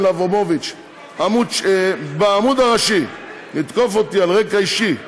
לאברמוביץ לתקוף אותי בעמוד הראשי על רקע אישי וצורתי,